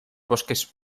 bosques